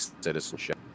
citizenship